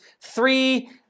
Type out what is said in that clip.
three